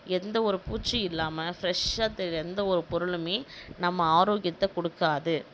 எந்த ஒரு பூச்சியும் இல்லாமல் ஃப்ரெஷா தெரிகிற எந்த ஒரு பொருளுமே நம்ம ஆரோக்கியத்தை கொடுக்காது